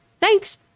Thanks